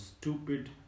stupid